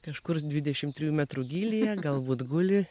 kažkur dvidešimt trijų metrų gylyje galbūt guli